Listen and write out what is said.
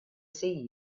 see